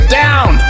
down